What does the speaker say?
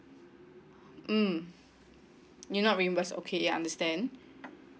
mm will not reimburse okay ya I understand